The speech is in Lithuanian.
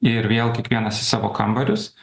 ir vėl kiekvienas į savo kambarius